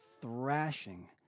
thrashing